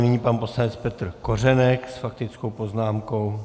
Nyní pan poslanec Petr Kořenek s faktickou poznámkou.